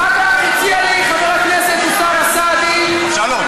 אחר כך הציע לי חבר הכנסת אוסאמה סעדי לבטל